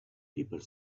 people